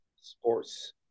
sports